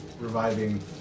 reviving